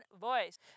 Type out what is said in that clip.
voice